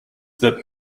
that